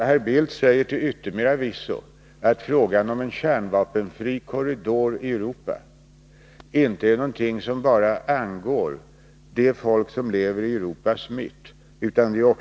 Herr Bildt säger till yttermera visso att frågan om en kärnvapenfri korridor i Europa inte är någonting som bara angår de folk som lever i Europas mitt utan också angår oss.